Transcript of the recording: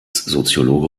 soziologe